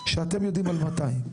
שאתם יודעים על 200?